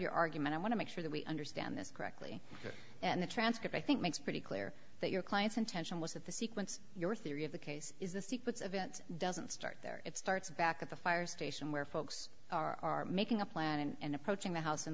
your argument i want to make sure that we understand this correctly and the transcript i think makes pretty clear that your client's intention was that the sequence your theory of the case is the sequence of events doesn't start there it starts back at the fire station where folks are making a plan and approaching the house in